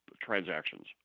transactions